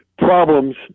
problems